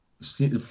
see